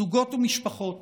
זוגות ומשפחות